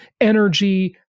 energy